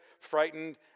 frightened